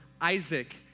Isaac